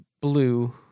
blue